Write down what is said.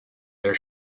their